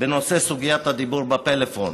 בנושא סוגיית הדיבור בפלאפון.